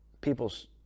people's